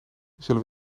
zullen